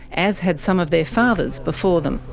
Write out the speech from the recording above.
as had some of their fathers before them.